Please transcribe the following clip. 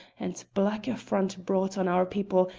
and black affront brought on our people,